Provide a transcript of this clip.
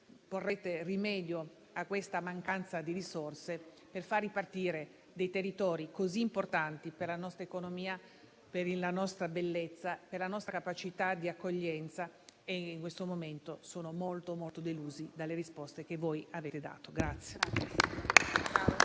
porrete rimedio alla mancanza di risorse per far ripartire dei territori così importanti per la nostra economia, per la nostra bellezza, per la nostra capacità di accoglienza, e che in questo momento sono molto, molto delusi dalle risposte che voi avete dato.